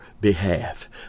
behalf